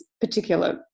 particular